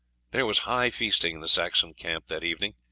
there was high feasting in the saxon camp that evening,